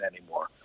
anymore